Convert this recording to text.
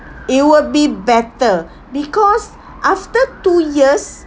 it will be better because after two years